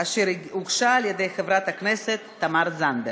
אשר הגישה חברת הכנסת תמר זנדברג.